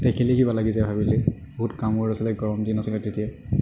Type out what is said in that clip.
দেখিলে কিবা লাগি যায় ভাবিলে বহুত কামোৰ আছিলে গৰম দিন আছিলে তেতিয়া